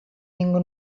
ningú